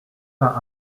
vingt